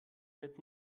mit